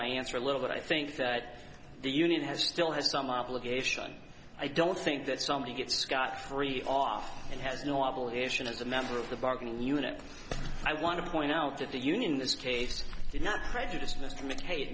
my answer a little but i think that the union has still has some obligation i don't think that somebody gets scot free off and has no obligation as a member of the bargaining unit i want to point out that the union in this case did not prejudice